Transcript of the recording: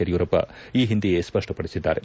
ಯಡಿಯೂರಪ್ಪ ಈ ಹಿಂದೆಯೇ ಸ್ಪಪ್ಪಡಿಸಿದ್ದಾರೆ